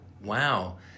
Wow